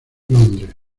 londres